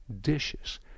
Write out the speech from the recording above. dishes